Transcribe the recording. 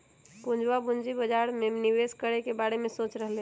पूजवा पूंजी बाजार में निवेश करे के बारे में सोच रहले है